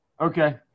Okay